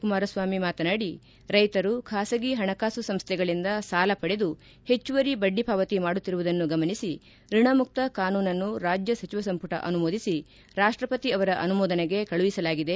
ಕುಮಾರಸ್ವಾಮಿ ಮಾತನಾಡಿ ರೈತರು ಬಾಸಗಿ ಹಣಕಾಸು ಸಂಸ್ಥೆಗಳಿಂದ ಸಾಲ ಪಡೆದು ಹೆಚ್ಚುವರಿ ಬಡ್ಡಿ ಪಾವತಿ ಮಾಡುತ್ತಿರುವುದನ್ನು ಗಮನಿಸಿ ಋಣಮುಕ್ತ ಕಾನೂನನ್ನು ರಾಜ್ಯ ಸಚಿವ ಸಂಪುಟ ಅನುಮೋದಿಸಿ ರಾಷ್ಟಪತಿ ಅವರ ಅನುಮೋದನೆಗೆ ಕಳುಹಿಸಲಾಗಿದೆ